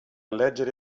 leggere